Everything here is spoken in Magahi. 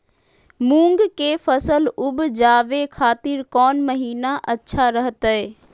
मूंग के फसल उवजावे खातिर कौन महीना अच्छा रहतय?